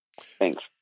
Thanks